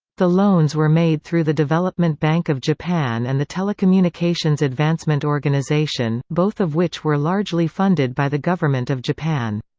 the loans were made through the development bank of japan and the telecommunications advancement organisation, both of which were largely funded by the government of japan.